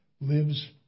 lives